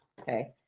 Okay